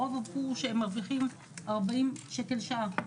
הרוב אמרו שהם מרוויחים 40 שקל לשעה.